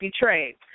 betrayed